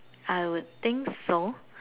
I would think so